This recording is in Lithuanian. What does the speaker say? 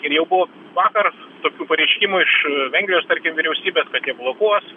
ir jau buvo vakar tokių pareiškimų iš vengrijos vyriausybės kad jie blokuos